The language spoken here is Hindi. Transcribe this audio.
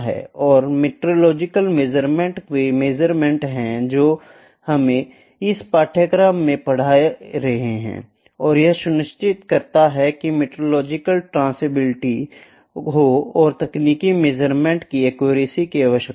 और मेट्रोलॉजिकल मेजरमेंट वे मेजरमेंट हैं जो हम इस पाठ्यक्रम में पढ़ रहे हैं और यह सुनिश्चित करता है कि मेट्रोलॉजिकल ट्रेसबिलिटी हो और तकनीकी मेजरमेंट की एक्यूरेसी की आवश्यकता हो